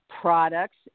products